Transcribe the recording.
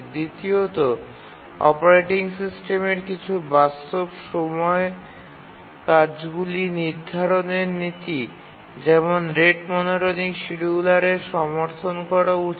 দ্বিতীয়ত অপারেটিং সিস্টেমের কিছু বাস্তব সময় কাজগুলি নির্ধারণের নীতি যেমন রেট মনোটোনিক শিডিয়ুলারের সমর্থন করা উচিত